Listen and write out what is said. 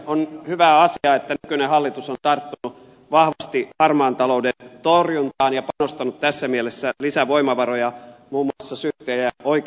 on hyvä asia että nykyinen hallitus on tarttunut vahvasti harmaan talouden torjuntaan ja panostanut tässä mielessä lisävoimavaroja muun muassa syyttäjä ja oikeuslaitokseen